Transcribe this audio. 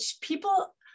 people